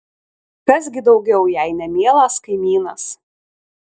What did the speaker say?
kas gi daugiau jei ne mielas kaimynas